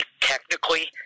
technically